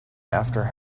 after